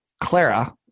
Clara